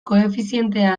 koefizientea